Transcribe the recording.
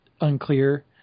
unclear